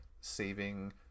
saving